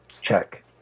check